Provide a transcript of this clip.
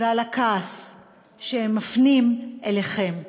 והכעס שהם מפנים אליכם.